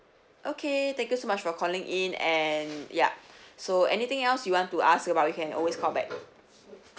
okay thank you so much for calling in and yup so anything else you want to ask about you can always call back